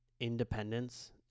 independence